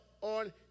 on